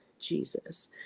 Jesus